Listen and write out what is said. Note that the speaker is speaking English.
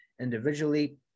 individually